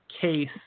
case